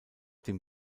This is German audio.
dem